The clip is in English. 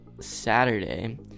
Saturday